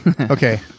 Okay